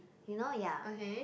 you know ya